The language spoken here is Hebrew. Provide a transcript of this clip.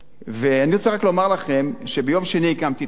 ואני רוצה רק לומר לכם, שביום שני הקמתי את הצוות,